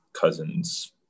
Cousins